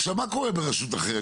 עכשיו מה קורה ברשות אחרת,